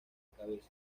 cabeza